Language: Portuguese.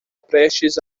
prestes